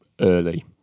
early